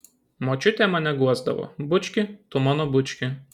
močiutė mane guosdavo bučki tu mano bučki